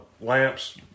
lamps